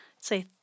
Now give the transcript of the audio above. say